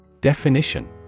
Definition